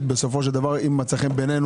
בסופו של דבר אם הוא מוצא חן בעינינו,